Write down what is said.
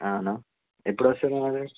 అవునా ఎప్పుడు వస్తారు మరి